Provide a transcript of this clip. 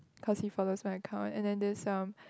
cause he follow side account and then this some